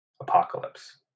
Apocalypse